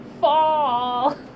fall